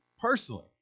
personally